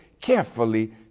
carefully